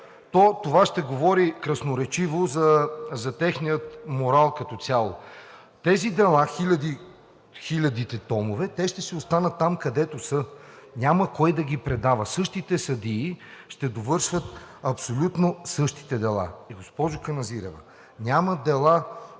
това ще говори красноречиво за техния морал като цяло. Тези хиляди дела с хилядите томове ще си останат там, където са. Няма кой да ги предава, а същите съдии ще довършват абсолютно същите дела. Госпожо Каназирева, няма дела